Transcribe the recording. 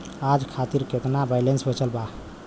आज खातिर केतना बैलैंस बचल बा?